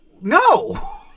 No